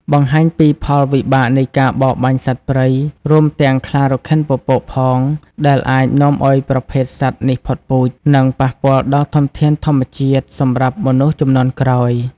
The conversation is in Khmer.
បង្ហាញពីផលវិបាកនៃការបរបាញ់សត្វព្រៃ រួមទាំងខ្លារខិនពពកផង ដែលអាចនាំឲ្យប្រភេទសត្វនេះផុតពូជ និងប៉ះពាល់ដល់ធនធានធម្មជាតិសម្រាប់មនុស្សជំនាន់ក្រោយ។